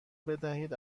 بدهید